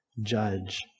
judge